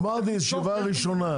אמרתי, ישיבה ראשונה.